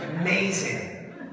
amazing